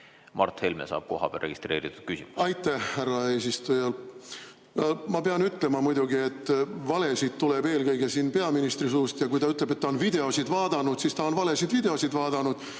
Mart Helme saab küsida kohapeal registreeritud küsimuse. Aitäh, härra eesistuja! Ma pean ütlema muidugi, et valesid tuleb siin eelkõige peaministri suust. Ja kui ta ütleb, et ta on videoid vaadanud, siis ta on valesid videoid vaadanud.